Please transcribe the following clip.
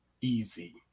easy